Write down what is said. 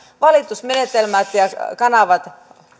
valitusmenetelmät ja kanavat